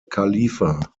khalifa